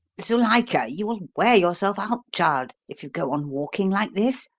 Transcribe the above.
zuilika, you will wear yourself out, child, if you go on walking like this,